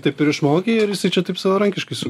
taip ir išmokei ar jisai čia taip savarankiškai su